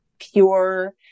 pure